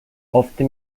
ofte